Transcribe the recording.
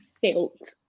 felt